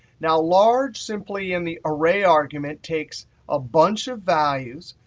now, large, simply in the array argument, takes a bunch of values,